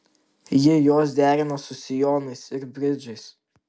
ji juos derina su sijonais ir bridžais